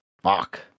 Fuck